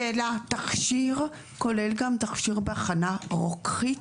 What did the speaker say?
שאלה, תכשיר כולל גם תכשיר בהכנה רוקחית?